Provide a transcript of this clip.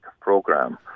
program